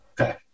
Okay